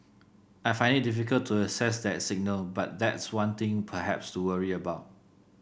I find it difficult to assess that signal but that's one thing perhaps to worry about